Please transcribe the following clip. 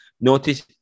Notice